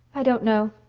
i don't know.